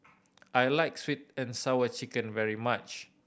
I like Sweet And Sour Chicken very much